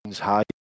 high